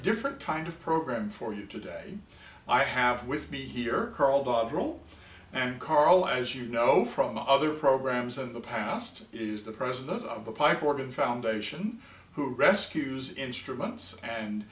different kind of program for you today i have with me here karl rove and karl as you know from other programs in the past is the president of the pipe organ foundation who rescues instruments and